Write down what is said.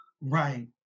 Right